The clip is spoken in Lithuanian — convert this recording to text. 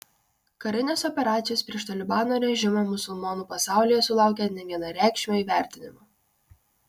karinės operacijos prieš talibano režimą musulmonų pasaulyje sulaukė nevienareikšmio įvertinimo